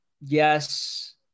Yes